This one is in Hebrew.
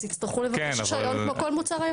יצטרכו לבקש רשיון כמו כל מוצר.